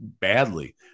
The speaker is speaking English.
badly